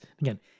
again